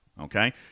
Okay